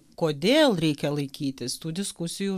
kodėl reikia laikytis tų diskusijų